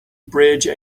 bridge